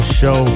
show